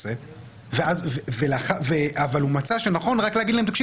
קנסות --- אין לו סמכות להטיל קנסות.